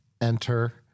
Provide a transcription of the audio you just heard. Enter